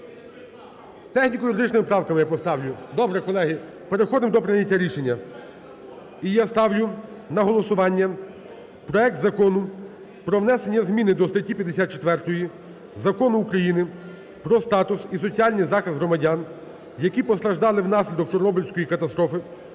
З техніко-юридичними правками я поставлю. Добре, колеги, переходимо до прийняття рішення. І я ставлю на голосування проект Закону про внесення зміни до статті 54 Закону України "Про статус і соціальний захист громадян, які постраждали внаслідок Чорнобильської катастрофи"